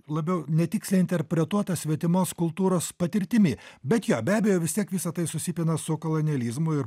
labiau netiksliai interpretuota svetimos kultūros patirtimi bet jo be abejo vis tiek visa tai susipina su kolonializmu ir